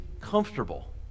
comfortable